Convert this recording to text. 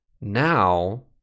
Now